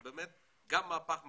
זה גם מהפך מחשבתי,